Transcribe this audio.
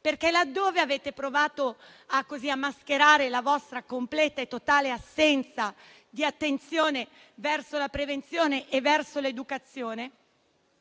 perché, là dove avete provato a mascherare la vostra completa e totale assenza di attenzione verso la prevenzione e verso l'educazione,